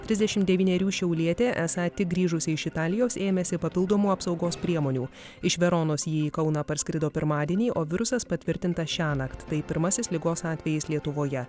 trisdešimt devynerių šiaulietė esą tik grįžusi iš italijos ėmėsi papildomų apsaugos priemonių iš veronos ji į kauną parskrido pirmadienį o virusas patvirtintas šiąnakt tai pirmasis ligos atvejis lietuvoje